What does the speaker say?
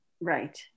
Right